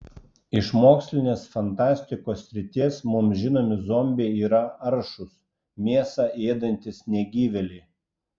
iš mokslinės fantastikos srities mums žinomi zombiai yra aršūs mėsą ėdantys negyvėliai